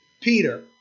Peter